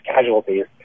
casualties